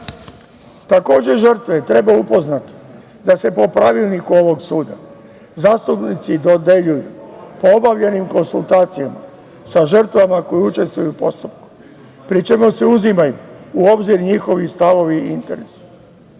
Hagu. Takođe, žrtve treba upoznati da se po Pravilniku ovog suda zastupnici dodeljuju po obavljenim konsultacijama sa žrtvama koje učestvuju u postupku, pri čemu se uzimaju u obzir njihovi stavovi i interesi.